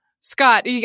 Scott